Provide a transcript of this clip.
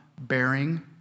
bearing